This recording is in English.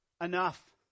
enough